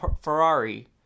Ferrari